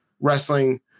wrestling